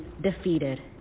defeated